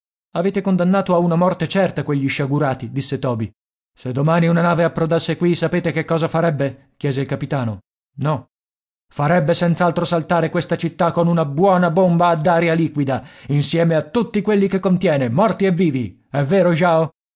avete condannato a una morte certa quegli sciagurati disse toby se domani una nave approdasse qui sapete che cosa farebbe chiese il capitano no farebbe senz'altro saltare questa città con una buona bomba ad aria liquida insieme a tutti quelli che contiene morti e vivi è vero jao